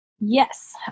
Yes